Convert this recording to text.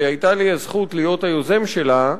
שהיתה לי הזכות להיות היוזם שלה,